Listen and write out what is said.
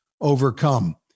overcome